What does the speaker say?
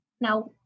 Now